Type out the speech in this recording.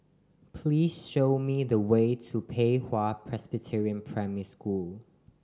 please show me the way to Pei Hwa Presbyterian Primary School